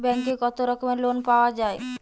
ব্যাঙ্কে কত রকমের লোন পাওয়া য়ায়?